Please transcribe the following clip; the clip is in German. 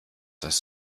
das